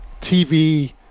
TV